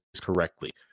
correctly